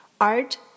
art